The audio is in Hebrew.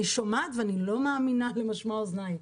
אני שומעת ואני לא מאמינה למשמע אוזניי.